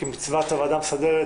כמצוות הוועדה המסדרת,